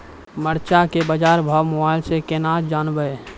मरचा के बाजार भाव मोबाइल से कैनाज जान ब?